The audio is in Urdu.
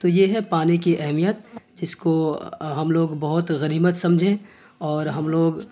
تو یہ ہے پانی کی اہمیت جس کو ہم لوگ بہت غنیمت سمجھیں اور ہم لوگ